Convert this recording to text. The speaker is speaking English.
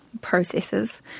processes